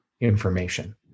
information